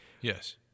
yes